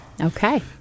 Okay